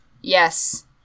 Yes